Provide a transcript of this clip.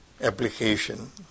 application